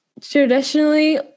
traditionally